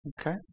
Okay